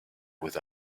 with